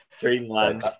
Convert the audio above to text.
Dreamland